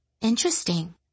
Interesting